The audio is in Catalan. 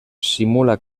simula